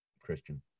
Christian